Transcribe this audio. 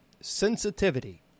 sensitivity